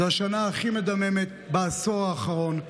זו השנה הכי מדממת בעשור האחרון.